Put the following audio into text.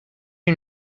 you